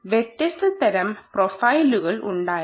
അതിനാൽ വ്യത്യസ്ത തരം പ്രൊഫൈലുകൾ ഉണ്ടായിരുന്നു